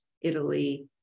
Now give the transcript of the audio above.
Italy